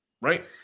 Right